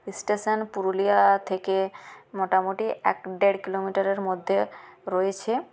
station Purulia থেকে মোটামুটি এক দেড় কিলোমিটারের মধ্যে রয়েছে